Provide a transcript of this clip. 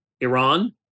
Iran